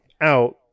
out